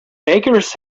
bakers